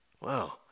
Wow